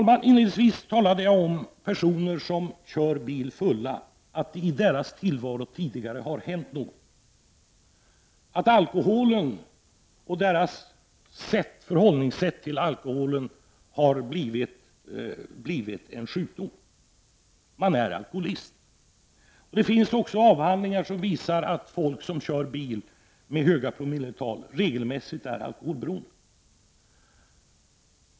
Jag talade inledningsvis om personer som kör bil fulla och om att det i deras tillvaro har hänt någonting tidigare. Förhållningssättet till alkoholen har blivit en sjukdom. De är alkoholister. Det finns avhandlingar som visar att folk som regelmässigt kör bil med höga promilletal är alkoholberoende.